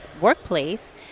workplace